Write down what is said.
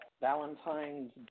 Valentine's